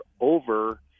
over